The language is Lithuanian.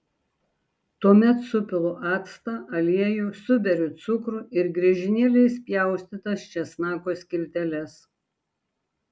tuomet supilu actą aliejų suberiu cukrų ir griežinėliais pjaustytas česnako skilteles